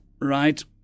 right